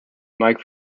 mike